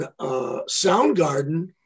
Soundgarden